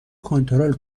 کنترل